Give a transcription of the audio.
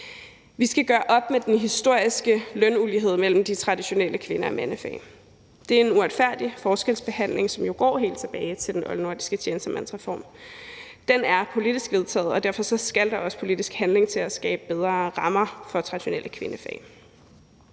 Vi skal gøre op med den historiske lønulighed mellem de traditionelle kvinde- og mandefag. Det er en uretfærdig forskelsbehandling, som jo går helt tilbage til den oldnordiske tjenestemandsreform. Den er politisk vedtaget, og derfor skal der også politisk handling til at skabe bedre rammer for traditionelle kvindefag.